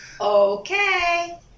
okay